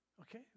Okay